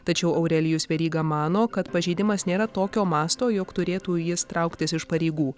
tačiau aurelijus veryga mano kad pažeidimas nėra tokio masto jog turėtų jis trauktis iš pareigų